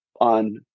on